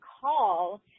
call